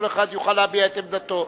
כל אחד יוכל להביע את עמדתו.